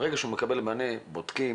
ברגע שהוא מקבל מענה שאומר לו שבודקים,